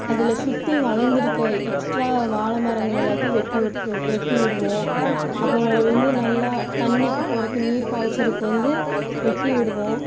அதில் சுற்றி வளர்ந்துருக்க எக்ஸ்ட்ரா வாழ மரங்களை எல்லாத்தையும் வெட்டி விட்டு வெட்டி விடுவோம் அப்பறம் வந்து நல்லா தண்ணிக்கு போறதுக்கு நீர் பாய்ச்சிறக்கு வந்து வெட்டி விடுவோம்